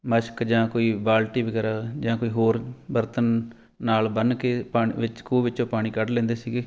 ਮਸ਼ਕ ਜਾਂ ਕੋਈ ਬਾਲਟੀ ਵਗੈਰਾ ਜਾਂ ਕੋਈ ਹੋਰ ਬਰਤਨ ਨਾਲ ਬੰਨ ਕੇ ਪਾਣ ਵਿੱਚ ਖੂਹ ਵਿੱਚੋਂ ਪਾਣੀ ਕੱਢ ਲੈਂਦੇ ਸੀਗੇ